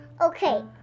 Okay